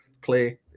play